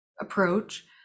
approach